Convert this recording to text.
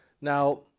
Now